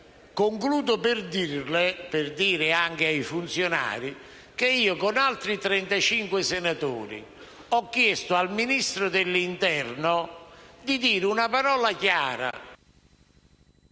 Concludo per dire a lei ed anche ai funzionari che io, con altri 35 senatori, ho chiesto al Ministro dell'interno di dire una parola chiara